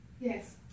Yes